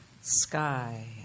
sky